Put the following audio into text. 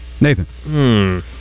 Nathan